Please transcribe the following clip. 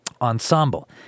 ensemble